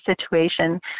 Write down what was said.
situation